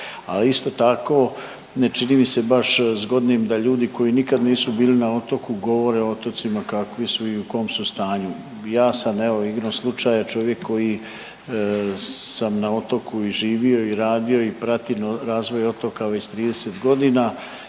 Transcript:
isto tako ne čini mi se baš zgodnim da ljudi koji nikad nisu bili na otoku govore o otocima kakvi su i u kom su stanju. Ja sam evo igrom slučaja čovjek koji sam na otoku i živio i radio i pratim razvoj otoka već 30 godina